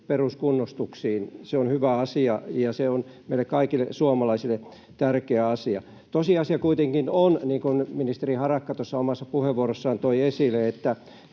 peruskunnostuksiin. Se on hyvä asia, ja se on meille kaikille suomalaisille tärkeä asia. Tosiasia kuitenkin on, niin kuin ministeri Harakka omassa puheenvuorossaan toi esille,